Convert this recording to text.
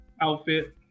outfit